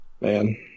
man